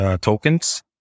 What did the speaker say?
tokens